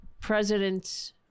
President